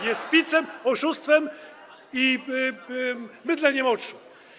Jest picem, oszustwem i mydleniem oczu.